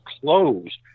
closed